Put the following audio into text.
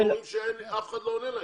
הם אומרים שאף אחד לא עונה להם.